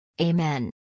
Amen